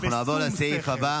בשׂום שכל.